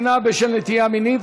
שנאה בשל נטייה מינית,